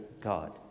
God